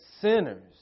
sinners